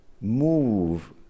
move